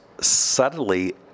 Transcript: subtly